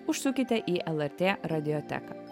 užsukite į lrt radioteką